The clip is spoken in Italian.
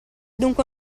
dunque